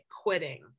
quitting